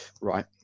Right